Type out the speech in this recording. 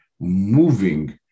moving